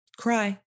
CRY